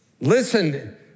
listen